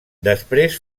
després